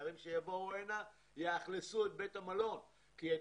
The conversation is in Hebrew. התיירים שיבואו הנה יאכלסו את בית המלון כי את